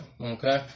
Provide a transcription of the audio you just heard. okay